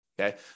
okay